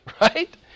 Right